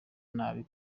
nabi